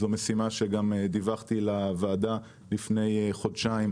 זו משימה שגם דיווחתי על התקדמותה לוועדה לפני חודשיים,